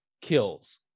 kills